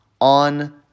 on